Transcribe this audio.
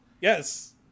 Yes